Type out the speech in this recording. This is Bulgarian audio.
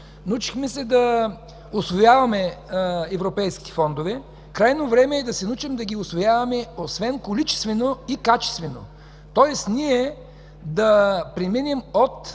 Научихме се да усвояваме европейски фондове. Крайно време е да се научим да ги усвояваме освен количествено – и качествено, тоест ние да преминем от